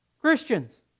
Christians